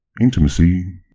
Intimacy